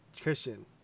Christian